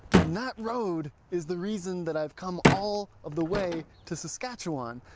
and that road is the reason that i've come all of the way to saskatchewan,